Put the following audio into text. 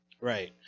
Right